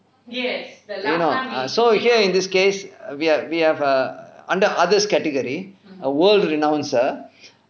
I know so here in this case we are we have err under others category a world renouncer